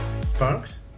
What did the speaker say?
Sparks